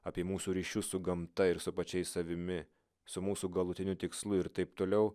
apie mūsų ryšius su gamta ir su pačiais savimi su mūsų galutiniu tikslu ir taip toliau